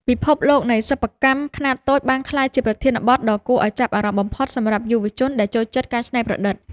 ពិភពលោកនៃសិប្បកម្មខ្នាតតូចបានក្លាយជាប្រធានបទដ៏គួរឱ្យចាប់អារម្មណ៍បំផុតសម្រាប់យុវជនដែលចូលចិត្តការច្នៃប្រឌិត។